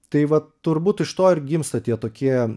tai vat turbūt iš to ir gimsta tie tokie